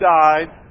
died